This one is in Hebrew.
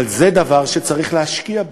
אבל זה דבר שצריך להשקיע בו.